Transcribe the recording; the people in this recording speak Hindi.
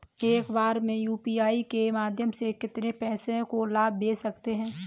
एक बार में यू.पी.आई के माध्यम से कितने पैसे को भेज सकते हैं?